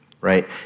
right